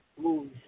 moves